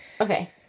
Okay